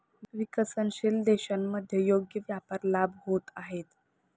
विकसनशील देशांमध्ये योग्य व्यापार लाभ होत आहेत